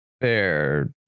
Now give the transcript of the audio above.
fair